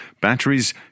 batteries